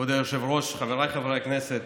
כבוד היושב-ראש, חבריי חברי הכנסת,